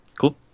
Cool